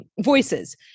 voices